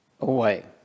away